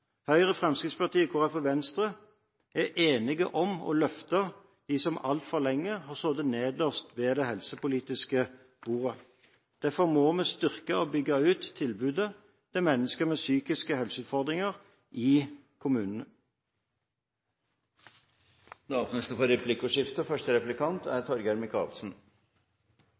Høyre, Fremskrittspartiet, Kristelig Folkeparti og Venstre er enige om å løfte dem som altfor lenge har sittet nederst ved det helsepolitiske bordet. Derfor må vi styrke og bygge ut tilbudet til mennesker med psykiske helseutfordringer i kommunene. Det blir replikkordskifte. Før valget i fjor hadde vi en rekke diskusjoner partiene imellom, ikke minst mellom Høyre og